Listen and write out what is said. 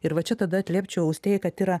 ir va čia tada atliepčiau austėja kad yra